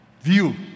view